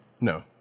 No